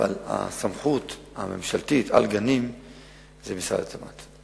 אבל הסמכות הממשלתית על גנים היא במשרד התמ"ת.